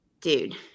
dude